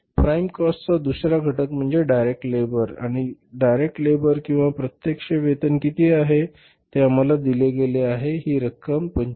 prime काॅस्टचा दुसरा घटक म्हणजे डायरेक्ट लेबर आणि येथे थेट कामगार किंवा प्रत्यक्ष वेतन किती आहे ते आम्हाला दिले गेले आहे आणि ही रक्कम किती आहे